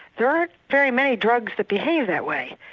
there aren't very many drugs that behave that way.